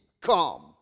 come